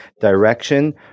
direction